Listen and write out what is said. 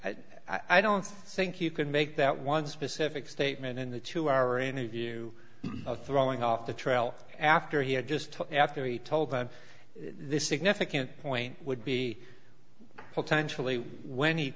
think i don't think you can make that one specific statement in the two hour interview of throwing off the trial after he had just after he told that this significant point would be potentially when he